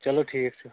چلوٹھیٖک چھُ